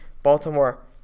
Baltimore